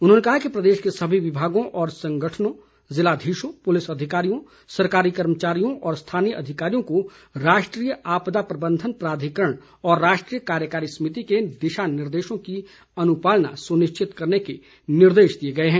उन्होंने कहा कि प्रदेश के सभी विभागों व संगठनों जिलाधीशों पुलिस अधिकारियों सरकारी कर्मचारियों और स्थानीय अधिकारियों को राष्ट्रीय आपदा प्रबंधन प्राधिकरण और राष्ट्रीय कार्यकारी समिति के दिशानिर्देशों की अनुपालना सुनिश्चित करने के निर्देश दिए गए हैं